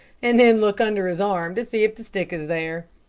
and then look under his arm to see if the stick is there.